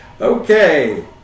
Okay